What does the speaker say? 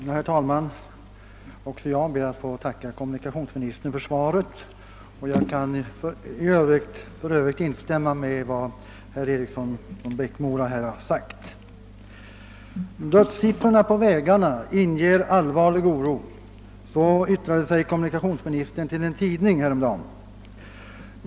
Herr talman! Även jag ber att få tacka kommunikationsministern för svaret. För övrigt kan jag instämma i vad herr Eriksson i Bäckmora yttrat. Siffrorna över dödsolyckor på vägarna inger allvarlig oro, sade kommunikationsministern till en tidning härom dagen.